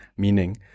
meaning